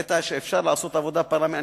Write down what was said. הראית שאפשר לעשות עבודה פרלמנטרית,